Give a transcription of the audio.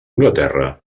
anglaterra